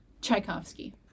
Tchaikovsky